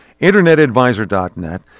internetadvisor.net